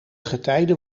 getijden